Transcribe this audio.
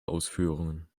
ausführungen